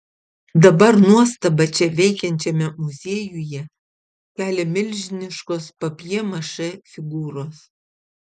dabar nuostabą čia veikiančiame muziejuje kelia milžiniškos papjė mašė figūros